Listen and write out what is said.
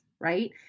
right